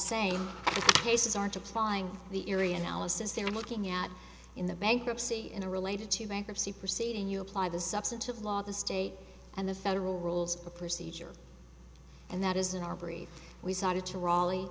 same cases aren't applying the erie analysis they're looking at in the bankruptcy in a related to bankruptcy proceeding you apply the substantive law the state and the federal rules of procedure and that is in our brief we cited to raleigh